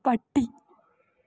പട്ടി